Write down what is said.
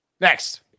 Next